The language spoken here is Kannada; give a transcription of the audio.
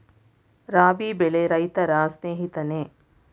ರಾಬಿ ಬೆಳೆ ರೈತರ ಸ್ನೇಹಿತನೇ?